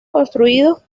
construidos